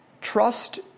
trust